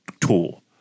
tool